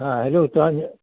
हा हैलो तव्हां